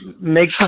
make